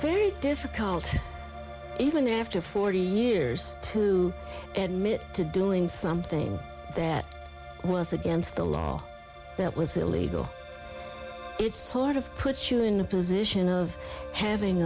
very difficult even after forty years to edm it to doing something that was against the law was illegal it's sort of put you in the position of having